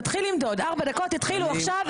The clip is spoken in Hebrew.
ארבע דקות התחילו עכשיו.